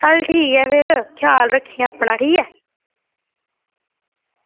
चल ठीक ऐ फिर ख्याल रक्खेआं अपना ठीक ऐ